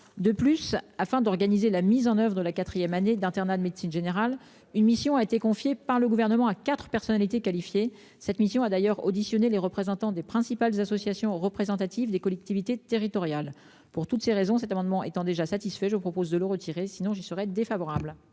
De plus, afin d'organiser la mise en oeuvre de la 4ème année d'internat de médecine générale. Une mission a été confiée par le gouvernement à 4 personnalités qualifiées. Cette mission a d'ailleurs auditionné les représentants des principales associations représentatives des collectivités territoriales pour toutes ces raisons, cet amendement étant déjà satisfait. Je vous propose de le retirer sinon j'y serais défavorable.